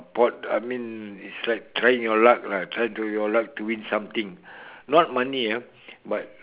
board I mean it's like trying your luck lah trying your luck to win something not money ah but